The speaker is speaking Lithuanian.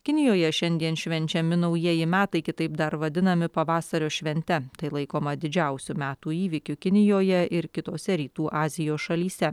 kinijoje šiandien švenčiami naujieji metai kitaip dar vadinami pavasario švente tai laikoma didžiausiu metų įvykiu kinijoje ir kitose rytų azijos šalyse